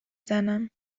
زنم